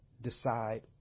decide